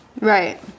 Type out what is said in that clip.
right